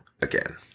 again